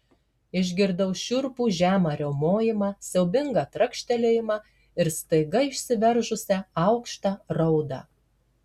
išgirdau šiurpų žemą riaumojimą siaubingą trakštelėjimą ir staiga išsiveržusią aukštą raudą